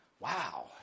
Wow